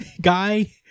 guy